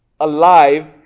alive